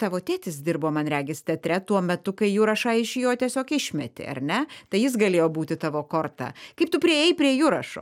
tavo tėtis dirbo man regis teatre tuo metu kai jurašą iš jo tiesiog išmetė ar ne tai jis galėjo būti tavo korta kaip tu priėjai prie jurašo